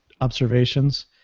observations